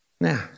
Now